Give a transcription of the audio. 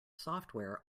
software